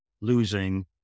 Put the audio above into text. losing